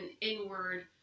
inward